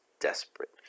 desperate